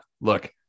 Look